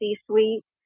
C-suite